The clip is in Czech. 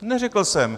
Neřekl jsem.